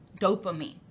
dopamine